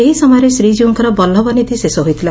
ଏହି ସମୟରେ ଶ୍ରୀକୀଉଙ୍କର ବଲ୍କଭ ନୀତି ଶେଷ ହୋଇଥିଲା